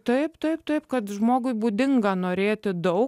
taip taip taip kad žmogui būdinga norėti daug